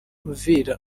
uvira